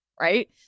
right